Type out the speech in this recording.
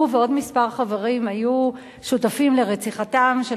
הוא ועוד כמה חברים היו שותפים לרציחתם של